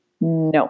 No